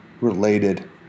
related